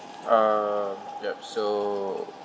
um yup so